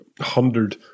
Hundred